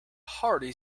hearty